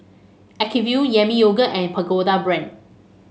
Acuvue Yami Yogurt and Pagoda Brand